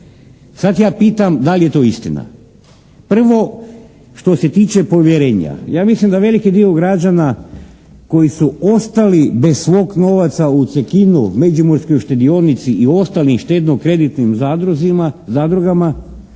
Sada ja pitam da li je to istina. Prvo što se tiče povjerenja, ja mislim da veliki dio građana koji su ostali bez svog novaca u "Cekinu" međimurskoj štedionici i ostalim štedno-kreditnim zadrugama